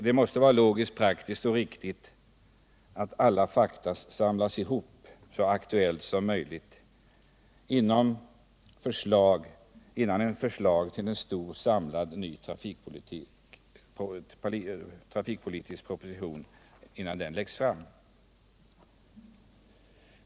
Det måste vara logiskt, praktiskt och riktigt att alla fakta samlas ihop, så aktuella som möjligt, innan en stor samlad trafikpolitisk proposition läggs fram.